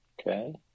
Okay